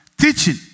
Teaching